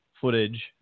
footage